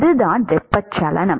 அதுதான் வெப்பச்சலனம்